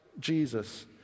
Jesus